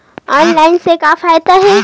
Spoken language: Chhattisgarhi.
ऑनलाइन से का फ़ायदा हे?